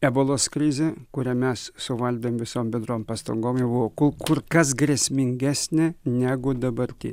ebolos krizė kurią mes suvaldėm visom bendrom pastangom jau ku kur kas grėsmingesnė negu dabartinė